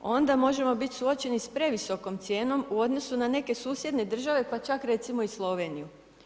Onda možemo biti suočeni sa previsokom cijenom u odnosu na neke susjedne države pa čak recimo i Sloveniju.